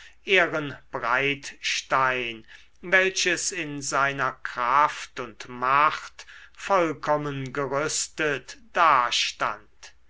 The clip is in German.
ehrenbreitstein welches in seiner kraft und macht vollkommen gerüstet dastand